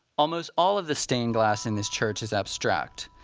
almost all of the stained glass in this church is abstract.